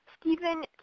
Stephen